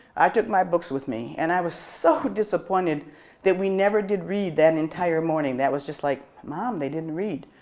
i took my books with me and i was so disappointed that we never did read that entire morning. i was just like, mom, they didn't read.